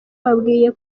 bakwiye